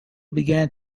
began